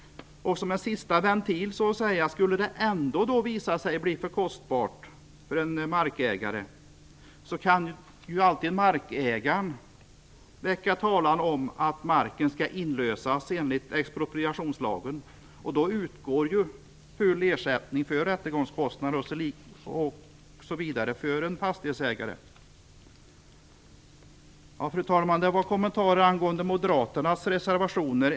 Skulle det ändå visa sig bli för kostbart för en markägare finns en sista ventil. Markägaren kan alltid väcka talan om att marken skall inlösas enligt expropriationslagen. Då utgår full ersättning för rättegångskostnader osv. för en fastighetsägare. Fru talman! Det var kommentarer till moderaternas reservationer.